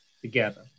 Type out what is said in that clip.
together